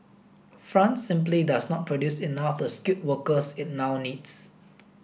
France simply does not produce enough the skilled workers it now needs